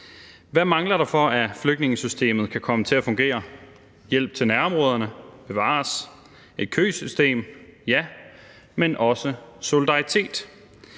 Hvad mangler der, for at hele flygtningesystemet kan komme til at fungere? Hjælp til nærområderne? Bevares. Et køsystem? Ja. Men også solidaritet.